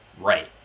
Right